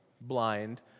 blind